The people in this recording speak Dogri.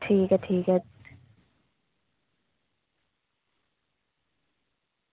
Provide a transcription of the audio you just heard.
ठीक ऐ ठीक ऐ